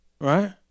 Right